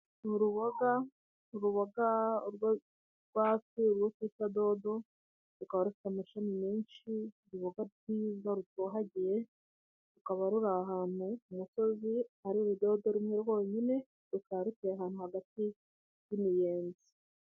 Uruboga, uruboga rwakuze urwo twita dodo, rukaba rufite amashami menshi, uruboga rwiza rutohagiye, rukaba ruri ahantu ku musozi, hari urudodo rumwe rwonyine rukaba ruteye ahantu hagati y'imiyenzi.